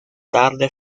tarde